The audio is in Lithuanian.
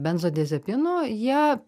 benzodiazepinų jie